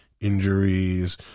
injuries